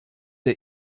der